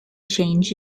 change